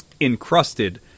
encrusted